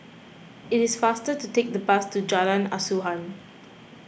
it is faster to take the bus to Jalan Asuhan